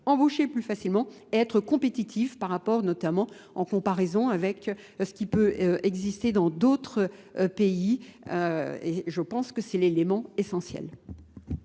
embaucher plus facilement et être compétitives par rapport notamment en comparaison avec ce qui peut exister dans d'autres pays et je pense que c'est l'élément essentiel.